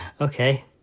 Okay